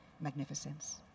magnificence